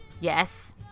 Yes